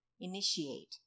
initiate